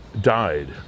died